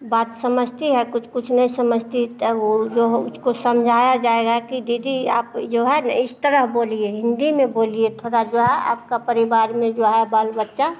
बात समझती है कुछ कुछ नहीं समझती वो जो है उसको समझाया जाएगा कि दीदी आप जो है ना इस तरह बोलिए हिन्दी में बोलिए थोड़ा जो है आपके परिवार में जो है बाल बच्चा